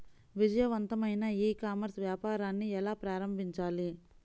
విజయవంతమైన e commerce వ్యాపారాన్ని ఎలా ప్రారంభించాలి?